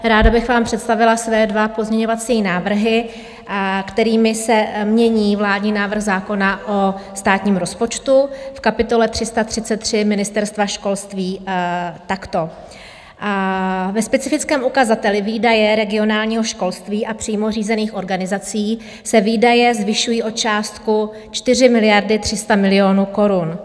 Ráda bych vám představila své dva pozměňovací návrhy, kterými se mění vládní návrh zákona o státním rozpočtu v kapitole 333 Ministerstva školství takto: ve specifickém ukazateli Výdaje regionálního školství a přímo řízených organizací se výdaje zvyšují o částku 4 300 000 000 korun.